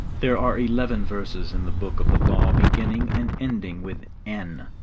there are eleven verses in the book of the law beginning and ending with n,